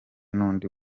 n’undi